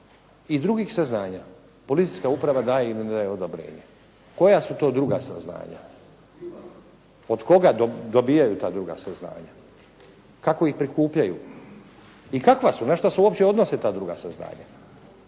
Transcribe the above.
I drugih saznanja. Policijska uprava daje ili ne daje odobrenje. Koja su to druga saznanja? Od koga dobijaju ta druga saznanja? Kako ih prikupljaju? I kakva su? Na šta se uopće odnose ta druga saznanja?